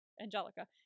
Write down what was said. Angelica